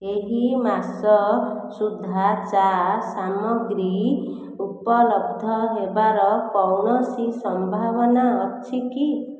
ଏହି ମାସ ସୁଦ୍ଧା ଚା ସାମଗ୍ରୀ ଉପଲବ୍ଧ ହେବାର କୌଣସି ସମ୍ଭାବନା ଅଛି କି